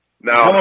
Now